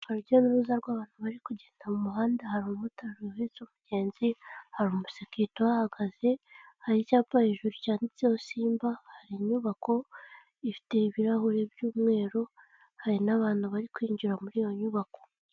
Urujya n'uruza rw'abantu bari kugenda mu muhanda, hari umumotari uhetse umugenzi, hari umusekirite uhahagaze, hari icyapa hejuru yanditseho Simba, hari inyubako ifite ibirahuri by'umweru, hari n'abantu bari kwinjira muri iyo nyubako.